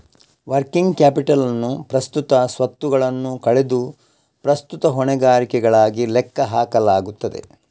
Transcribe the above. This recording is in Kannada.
ವರ್ಕಿಂಗ್ ಕ್ಯಾಪಿಟಲ್ ಅನ್ನು ಪ್ರಸ್ತುತ ಸ್ವತ್ತುಗಳನ್ನು ಕಳೆದು ಪ್ರಸ್ತುತ ಹೊಣೆಗಾರಿಕೆಗಳಾಗಿ ಲೆಕ್ಕ ಹಾಕಲಾಗುತ್ತದೆ